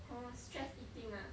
oh stress eating ah